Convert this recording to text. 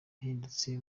yahindutse